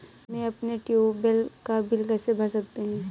मैं अपने ट्यूबवेल का बिल कैसे भर सकता हूँ?